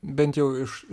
bent jau iš